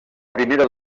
primera